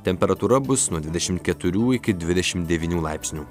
temperatūra bus nuo dvidešim keturių iki dvidešim devynių laipsnių